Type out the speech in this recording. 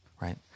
right